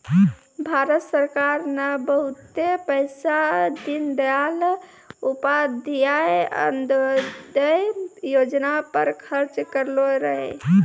भारत सरकार ने बहुते पैसा दीनदयाल उपाध्याय अंत्योदय योजना पर खर्च करलो रहै